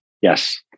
Yes